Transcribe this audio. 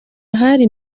hari